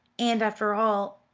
and, after all,